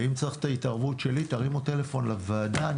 אם צריך את ההתערבות שלי, תרימו טלפון לוועדה.